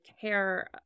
care